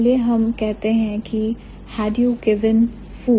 चलिए हम कहते हैं कि had you given food